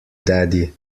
daddy